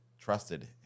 trusted